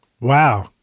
Wow